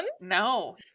No